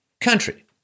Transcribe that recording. country